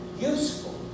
useful